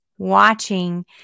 watching